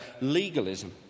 legalism